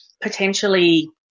potentially